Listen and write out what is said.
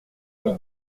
lui